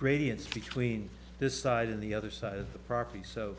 gradients between this side and the other side of the property so